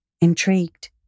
intrigued